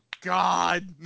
God